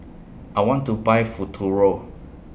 I want to Buy Futuro